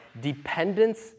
dependence